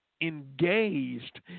engaged